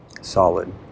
solid